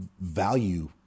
value